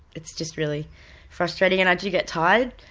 it's just really frustrating. and i do get tired,